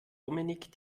dominik